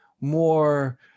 more